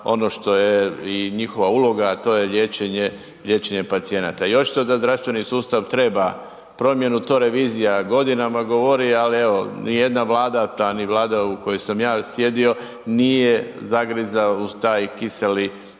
ono što je i njihova uloga, a to je liječenje pacijenata. Još to da zdravstveni sustav treba promjenu, to revizija godinama govori, ali evo, nijedna Vlada, pa ni Vlada u kojoj sam ja sjedio, nije zagrizao u taj kiseli limun